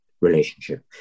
relationship